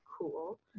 cool